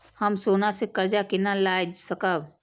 हम सोना से कर्जा केना लाय सकब?